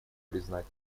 признать